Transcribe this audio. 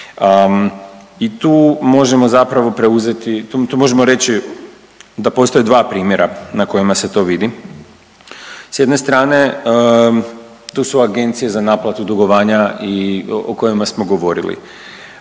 I tu možemo zapravo preuzeti, tu možemo reći da postoje dva primjera na kojima se to vidi. S jedne strane to su agencije za naplatu dugovanja i o kojima smo govorili.